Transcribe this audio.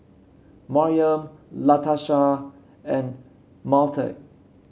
Maryam Latasha and Mathilde